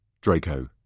Draco